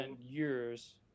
years